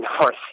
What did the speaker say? north